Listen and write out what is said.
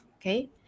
Okay